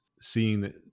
seeing